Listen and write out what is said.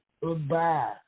Goodbye